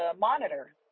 monitor